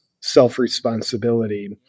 self-responsibility